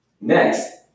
Next